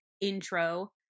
intro